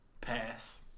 pass